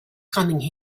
coming